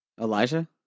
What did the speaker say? Elijah